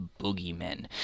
boogeymen